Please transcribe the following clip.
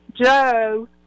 Joe